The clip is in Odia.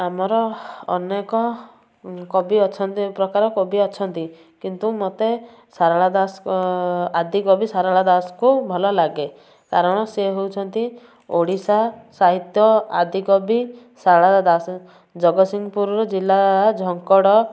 ଆମର ଅନେକ କବି ଅଛନ୍ତି ପ୍ରକାର କବି ଅଛନ୍ତି କିନ୍ତୁ ମୋତେ ସାରଳା ଦାସ ଆଦିକବି ସାରଳା ଦାସ କୁ ଭଲ ଲାଗେ କାରଣ ସେ ହଉଛନ୍ତି ଓଡ଼ିଶା ସାହିତ୍ୟ ଆଦିକବି ସାରଳା ଦାସ ଜଗତସିଂପୁର ଜିଲ୍ଲା ଝଙ୍କଡ଼